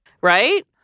Right